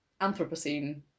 Anthropocene